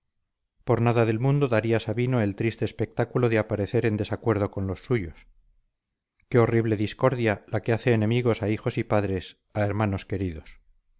por nada del mundo daría sabino el triste espectáculo de aparecer en desacuerdo con los suyos qué horrible discordia la que hace enemigos a hijos y padres a hermanos queridos